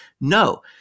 No